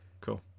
Cool